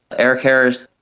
eric harris,